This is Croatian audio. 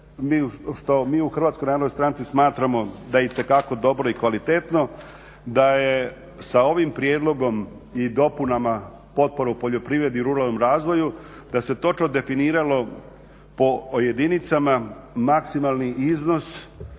što je, što mi u HNS-u smatramo da je itekako dobro i kvalitetno da je sa ovim prijedlogom i dopunama potpori u poljoprivredi u ruralnom razvoju da se točno definiralo po jedinicama maksimalni iznos